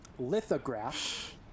Lithograph